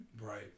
Right